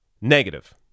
negative